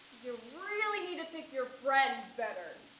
you really need to pick your friends better.